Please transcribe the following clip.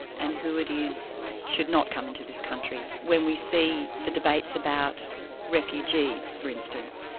and who it is should not come into this country, when we see the debates about refugees for instance.